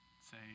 say